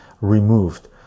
removed